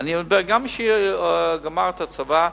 גם מי שגמר את הצבא,